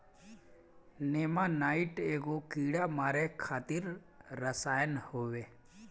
नेमानाइट एगो कीड़ा मारे खातिर रसायन होवे